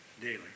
daily